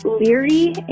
leery